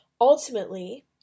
Ultimately